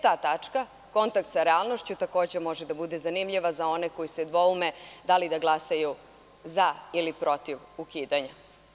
Ta tačka kontakt sa realnošću takođe može da bude zanimljiva za one koji se dvoume da li da glasaju „za“ ili „protiv“ ukidanja.